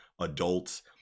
adults